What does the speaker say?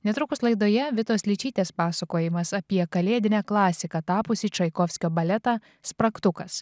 netrukus laidoje vitos ličytės pasakojimas apie kalėdine klasika tapusį čaikovskio baletą spragtukas